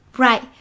Right